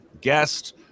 guest